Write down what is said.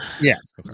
Yes